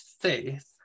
faith